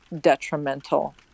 detrimental